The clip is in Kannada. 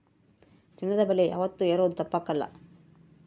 ಚಿನ್ನದ ಬೆಲೆ ಯಾವಾತ್ತೂ ಏರೋದು ತಪ್ಪಕಲ್ಲ